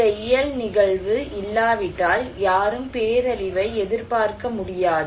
இந்த இயல் நிகழ்வு இல்லாவிட்டால் யாரும் பேரழிவை எதிர்பார்க்க முடியாது